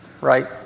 right